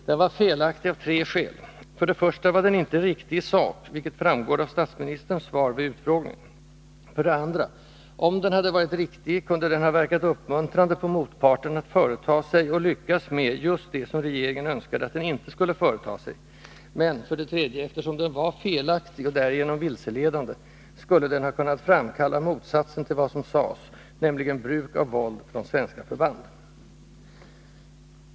Den var felaktig av tre skäl: 1. den var inte riktig i sak, vilket framgår av statsministerns svar vid utfrågningen; 2. om den hade varit riktig kunde den ha verkat uppmuntrande på motparten att företaga sig — och lyckas med — just det som regeringen önskade att den inte skulle företa sig; men 3. eftersom den var felaktig, och därigenom vilseledande, skulle den kunnat framkalla motsatsen till vad som sades, nämligen bruk av våld från svenska förband.